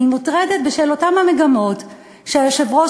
אני מוטרדת בשל אותן המגמות שהיושב-ראש